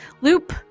Loop